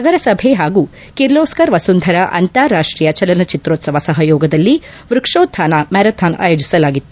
ನಗರ ಸಭೆ ಹಾಗೂ ಕಿರ್ಲೋಸ್ತರ್ ವಸುಂಧರಾ ಅಂತಾರಾಷ್ಷೀಯ ಚಲನಚಿತ್ರೋತ್ತವ ಸಹಯೋಗದಲ್ಲಿ ವ್ಯಕ್ಷೋತ್ಹಾನ ಮ್ಲಾರಥಾನ್ ಆಯೋಜಿಸಲಾಗಿತ್ತು